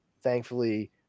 thankfully